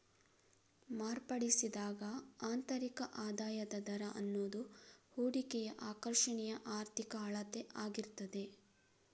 ಮಾರ್ಪಡಿಸಿದ ಆಂತರಿಕ ಆದಾಯದ ದರ ಅನ್ನುದು ಹೂಡಿಕೆಯ ಆಕರ್ಷಣೆಯ ಆರ್ಥಿಕ ಅಳತೆ ಆಗಿರ್ತದೆ